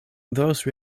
those